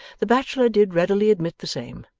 the bachelor did readily admit the same,